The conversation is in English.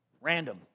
random